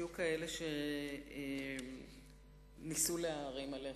היו כאלה שניסו להערים עליך,